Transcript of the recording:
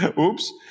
oops